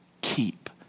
keep